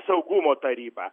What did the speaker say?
saugumo taryba